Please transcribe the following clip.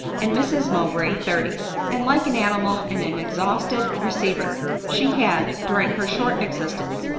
and mrs mowbray thirty and like an animal in an exhausted receiver, she had, during her short existence,